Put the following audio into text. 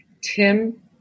Tim